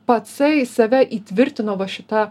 pacai save įtvirtino va šita